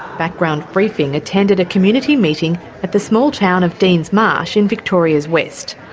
background briefing attended a community meeting at the small town of deans marsh in victoria's west.